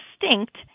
distinct